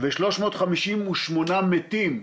ו-358 מתים,